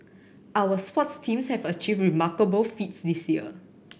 our sports teams have achieved remarkable feats this year